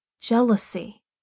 Jealousy